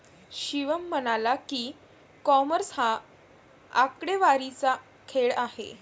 शिवम म्हणाला की, कॉमर्स हा आकडेवारीचा खेळ आहे